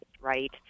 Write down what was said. right